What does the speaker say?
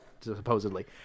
supposedly